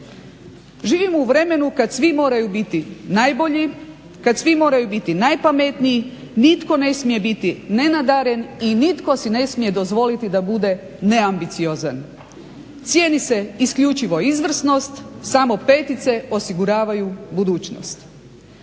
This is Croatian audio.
Živimo u vremenu kad svi moraju biti najbolji, kad svi moraju biti najpametniji, nitko ne smije biti nenadaren i nitko si ne smije dozvoliti da bude neambiciozan. Cijeni se isključivo izvrsnost, samo petice osiguravaju budućnost.